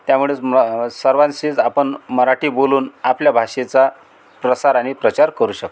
त्यामुळेच म सर्वांशीच आपण मराठी बोलून आपल्या भाषेचा प्रसार आणि प्रचार करू शकतो